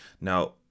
Now